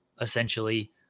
essentially